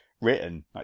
written